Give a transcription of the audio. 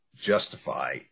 justify